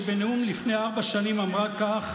שבנאום לפני ארבע שנים אמרה כך,